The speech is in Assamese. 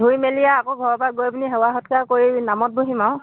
ধুই মেলি আকৌ ঘৰৰ পৰা গৈ পিনি সেৱা সৎকাৰ কৰি নামত বহিম আৰু